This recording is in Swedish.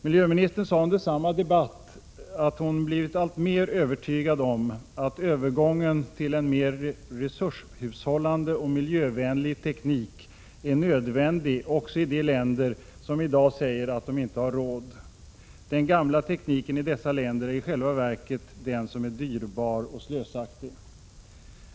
Miljöministern sade också i den allmänpolitiska debatten att hon blivit alltmer övertygad om att övergången till en mer resurshushållande och miljövänlig teknik är nödvändig även i de länder som i dag säger att de inte har råd. Hon sade vidare att den gamla tekniken i dessa länder i själva verket är den som är dyrbar och slösaktig.